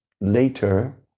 later